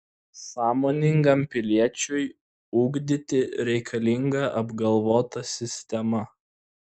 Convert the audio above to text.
sąmoningam piliečiui ugdyti reikalinga apgalvota sistema